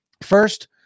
First